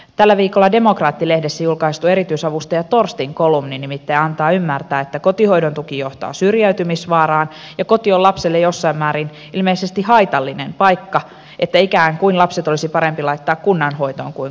tällä viikolla demokraatti lehdessä julkaistu erityisavustaja torstin kolumni nimittäin antaa ymmärtää että kotihoidon tuki johtaa syrjäytymisvaaraan ja koti on lapselle jossain määrin ilmeisesti haitallinen paikka ikään kuin lapset olisi parempi laittaa kunnan hoitoon kuin kotiin